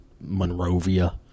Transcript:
Monrovia